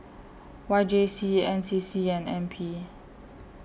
Y J C N C C and N P